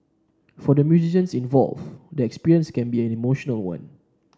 for the musicians involve the experience can be an emotional one